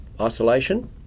isolation